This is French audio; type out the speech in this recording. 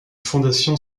fondation